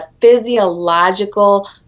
physiological